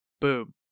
boom